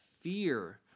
fear